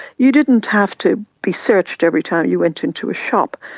you didn't have to be searched every time you went into a shop,